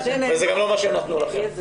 וזה גם לא מה שהם נתנו לכם.